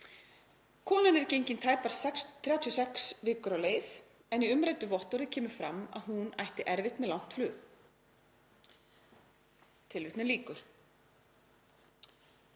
Konan er gengin tæpar 36 vikur á leið en í umræddu vottorði kemur fram að hún „ætti erfitt með langt flug“.“ Þarna er alveg